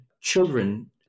children